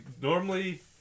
Normally